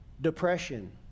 Depression